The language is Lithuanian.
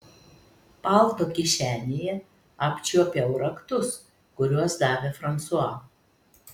palto kišenėje apčiuopiau raktus kuriuos davė fransua